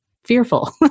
Fearful